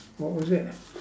what was it